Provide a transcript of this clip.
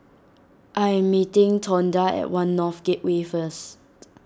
I am meeting Tonda at one North Gateway first